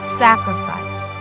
sacrifice